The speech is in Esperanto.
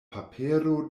papero